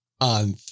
on